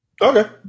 Okay